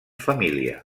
família